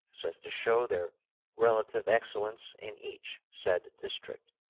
so as to show their relative excellence in each said district,